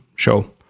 show